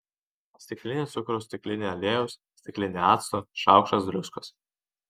stiklinė cukraus stiklinė aliejaus stiklinė acto šaukštas druskos